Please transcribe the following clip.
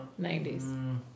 90s